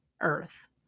earth